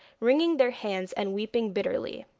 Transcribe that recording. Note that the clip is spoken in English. wringing their hands and weeping bitterly.